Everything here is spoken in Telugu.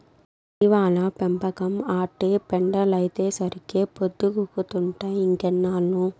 జీవాల పెంపకం, ఆటి పెండలైతేసరికే పొద్దుగూకతంటావ్ ఇంకెన్నేళ్ళు